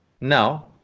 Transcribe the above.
Now